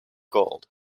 gold